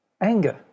anger